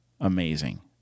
amazing